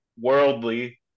worldly